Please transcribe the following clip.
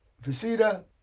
Visita